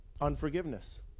Unforgiveness